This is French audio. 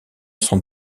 sans